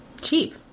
cheap